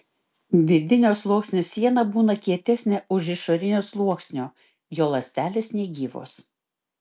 vidinio sluoksnio siena būna kietesnė už išorinio sluoksnio jo ląstelės negyvos